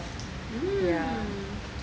ya